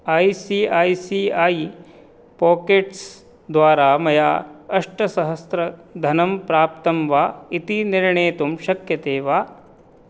I C I C I पोकेट्स्द्वारा मया अष्टसहस्रधनं प्राप्तं वा इति निर्णेतुं शक्यते वा